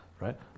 Right